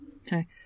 okay